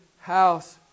house